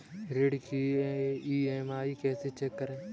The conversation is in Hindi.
ऋण की ई.एम.आई कैसे चेक करें?